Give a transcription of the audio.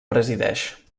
presideix